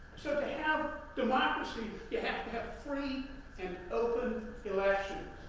so, to have democracy, you have to have free and open elections.